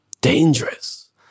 dangerous